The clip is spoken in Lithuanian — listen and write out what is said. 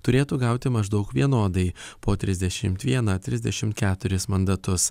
turėtų gauti maždaug vienodai po trisdešimt vieną trisdešimt keturis mandatus